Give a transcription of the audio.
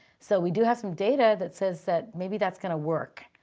so we do have some data that says that maybe that's going to work.